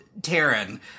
Taryn